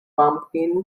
pumpkin